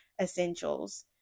essentials